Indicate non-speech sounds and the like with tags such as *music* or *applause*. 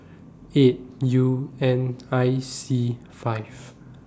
*noise* eight U N I C five